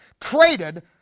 traded